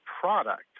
product